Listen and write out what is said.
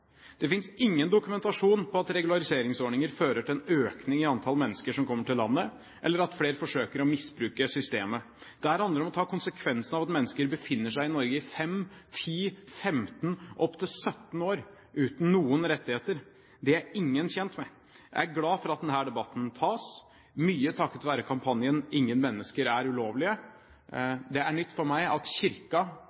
Det finnes ingen dokumentasjon på at regulariseringsordninger fører til en økning i antall mennesker som kommer til landet, eller at flere forsøker å misbruke systemet. Dette handler om å ta konsekvensen av at mennesker befinner seg i Norge i 5, 10, 15 og opp til 17 år uten noen rettigheter. Det er ingen tjent med. Jeg er glad for at denne debatten tas, mye takket være kampanjen «Ingen mennesker er ulovlige».